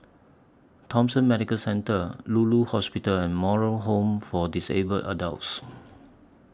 Thomson Medical Centre Lulu Hospital and Moral Home For Disabled Adults